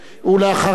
ואחריו,